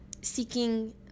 seeking